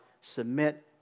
submit